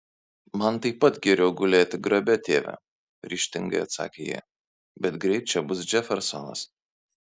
man taip pat geriau gulėti grabe tėve ryžtingai atsakė ji bet greit čia bus džefersonas